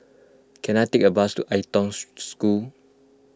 can I take a bus to Ai Tong School